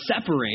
separate